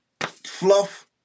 fluff